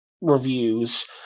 reviews